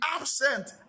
absent